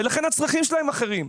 ולכן הצרכים שלהם אחרים.